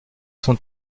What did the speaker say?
sont